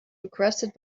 requested